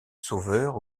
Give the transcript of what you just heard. sauveur